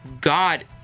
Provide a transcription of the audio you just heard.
God